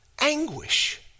anguish